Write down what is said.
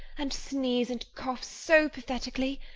and sneeze and cough so pathetically!